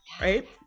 right